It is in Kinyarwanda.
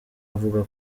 avuga